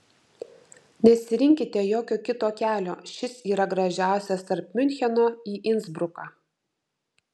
nesirinkite jokio kito kelio šis yra gražiausias tarp miuncheno į insbruką